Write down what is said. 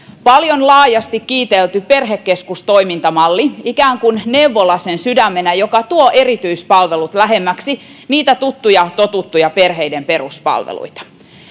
paljon laajasti kiitelty perhekeskustoimintamalli ikään kuin neuvola sen sydämenä joka tuo erityispalvelut lähemmäksi niitä tuttuja totuttuja perheiden peruspalveluita